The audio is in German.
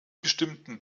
bestimmten